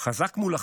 "חזק מול החמאס"